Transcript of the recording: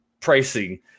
pricing